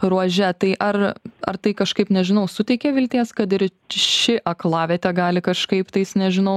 ruože tai ar ar tai kažkaip nežinau suteikia vilties kad ir ši aklavietė gali kažkaip tais nežinau